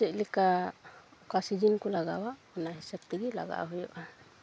ᱪᱮᱫᱞᱮᱠᱟ ᱚᱠᱟ ᱥᱤᱡᱮᱱ ᱠᱚ ᱞᱟᱜᱟᱣᱟ ᱚᱱᱟ ᱦᱤᱥᱟᱹᱵᱽ ᱛᱮᱜᱮ ᱞᱟᱜᱟᱣ ᱦᱩᱭᱩᱜᱼᱟ